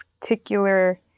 particular